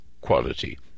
quality